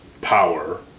power